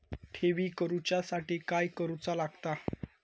ठेवी करूच्या साठी काय करूचा लागता?